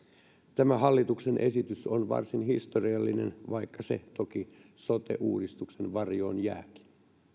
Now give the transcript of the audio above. tämä hallituksen esitys on varsin historiallinen vaikka se toki sote uudistuksen varjoon jääkin